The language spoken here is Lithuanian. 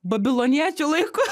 babiloniečių laiku